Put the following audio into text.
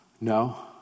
No